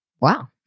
Wow